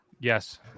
yes